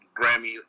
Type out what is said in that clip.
Grammy